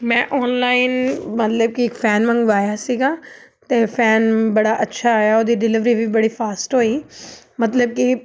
ਮੈਂ ਔਨਲਾਈਨ ਮਤਲਬ ਕਿ ਫੈਨ ਮੰਗਵਾਇਆ ਸੀਗਾ ਅਤੇ ਫੈਨ ਬੜਾ ਅੱਛਾ ਆਇਆ ਉਹਦੀ ਡਿਲੀਵਰੀ ਵੀ ਬੜੀ ਫਾਸਟ ਹੋਈ ਮਤਲਬ ਕਿ